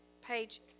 page